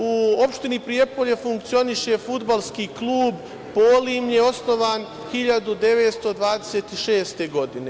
U opštini Prijepolje funkcioniše Fudbalski klub „Polimlje“ osnovan 1926. godine.